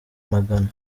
magana